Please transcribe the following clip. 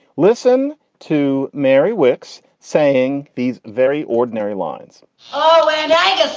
listen to mary wick's saying these very ordinary lines oh, and yeah yes.